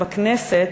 בכנסת,